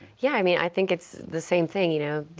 yeah, i mean, i think it's the same thing, you know?